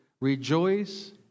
Rejoice